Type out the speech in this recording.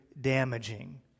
damaging